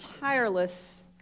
tireless